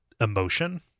emotion